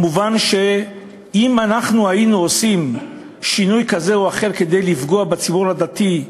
כמובן שאם היינו עושים שינוי כזה או אחר כדי לפגוע בציבור הדתי,